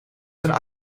zijn